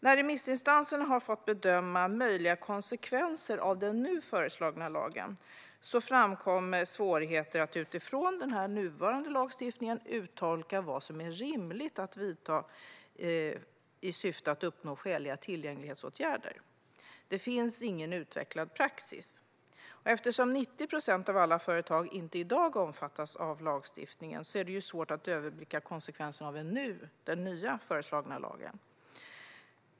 När remissinstanserna har fått bedöma möjliga konsekvenser av den nu föreslagna lagen har det framkommit svårigheter att utifrån nuvarande lagstiftning uttolka vad som är rimligt att göra i syfte att vidta skäliga tillgänglighetsåtgärder. Det finns ingen utvecklad praxis, och eftersom 90 procent av alla företag i dag inte omfattas av lagstiftningen är det svårt att överblicka konsekvenserna av den nu föreslagna lagen.